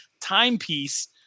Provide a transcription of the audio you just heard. timepiece